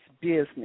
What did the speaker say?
business